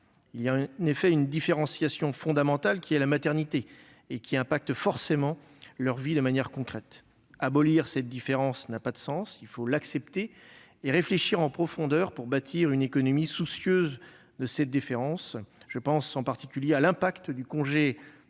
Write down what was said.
Il existe en effet une différenciation fondamentale, la maternité, laquelle impacte forcément, de manière concrète, la vie des femmes. Abolir cette différence n'a pas de sens ; il faut l'accepter et réfléchir en profondeur pour bâtir une économie soucieuse de cette différence : je pense en particulier à l'impact du congé